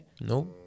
No